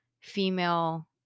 female